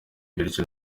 bityo